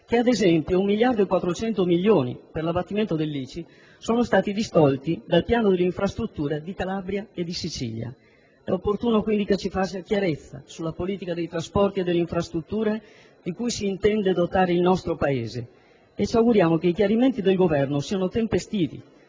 che, ad esempio, 1 miliardo e 400 milioni di euro per l'abbattimento dell'ICI sono stati distolti dal piano delle infrastrutture della Calabria e della Sicilia. È opportuno quindi che si faccia chiarezza sulla politica dei trasporti e delle infrastrutture di cui si intende dotare il nostro Paese. Ci auguriamo che i chiarimenti del Governo siano tempestivi